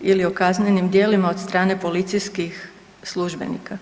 ili o kaznenim djelima od strane policijskih službenika.